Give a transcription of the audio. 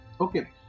okay